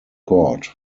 court